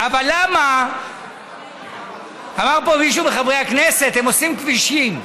אמר פה מישהו מחברי הכנסת: הם עושים כבישים.